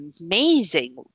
amazing